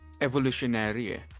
evolutionary